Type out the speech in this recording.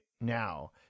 now